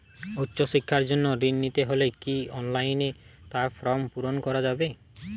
উচ্চশিক্ষার জন্য ঋণ নিতে হলে কি অনলাইনে তার ফর্ম পূরণ করা যাবে?